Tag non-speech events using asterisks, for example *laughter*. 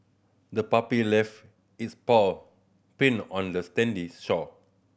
the puppy left its paw print on the *unintelligible* shore